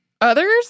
Others